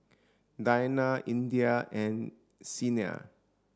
Danial Indah and Senin